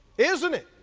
isn't it?